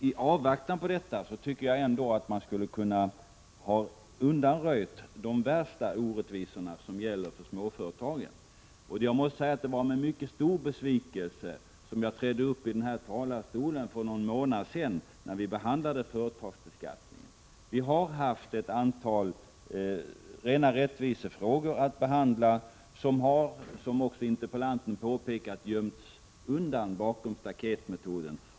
I avvaktan på detta tycker jag ändå att man borde ha kunnat undanröja de värsta orättvisorna för småföretagen. Det var med mycket stor besvikelse som jag gick upp i den här talarstolen för någon månad sedan, då vi behandlade företagsbeskattningen. Vi har haft att behandla ett antal rena rättvisefrågor som — det har också interpellanten påpekat — gömts undan bakom staketmetoden.